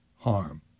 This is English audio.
harm